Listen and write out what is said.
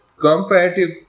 comparative